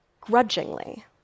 grudgingly